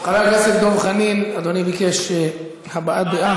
חבר הכנסת דב חנין, אדוני ביקש הבעת דעה.